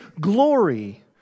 glory